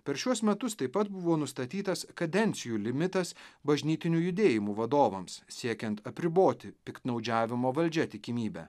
per šiuos metus taip pat buvo nustatytas kadencijų limitas bažnytinių judėjimų vadovams siekiant apriboti piktnaudžiavimo valdžia tikimybę